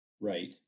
right